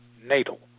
natal